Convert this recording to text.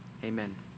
amen